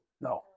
No